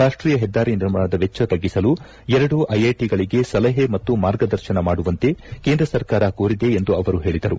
ರಾಷ್ಷೀಯ ಹೆದ್ದಾರಿ ನಿರ್ಮಾಣದ ವೆಚ್ಚ ತ್ಗಿಸಲು ಎರಡು ಐಐಟಿಗಳಿಗೆ ಸಲಹೆ ಮತ್ತು ಮಾರ್ಗದರ್ಶನ ಮಾಡುವಂತೆ ಕೇಂದ್ರ ಸರ್ಕಾರ ಕೋರಿದೆ ಎಂದು ಅವರು ಪೇಳಿದರು